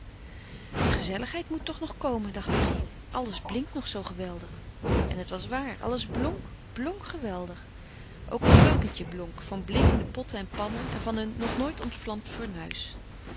de gezelligheid moet toch nog komen dacht marie alles blinkt nog zoo geweldig en het was waar alles blonk blonk geweldig ook het keukentje blonk van blinkende potten en pannen en van een nog nooit ontvlamd fornuis